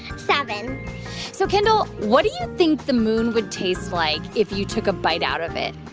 seven so, kendall, what do you think the moon would taste like if you took a bite out of it?